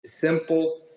simple